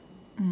mm